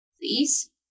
please